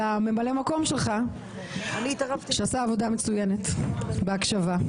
ממלא המקום שלך שעושה עבודה מצוינת בהקשבה.